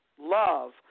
love